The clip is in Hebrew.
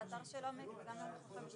שמענו שיש